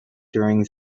during